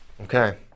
Okay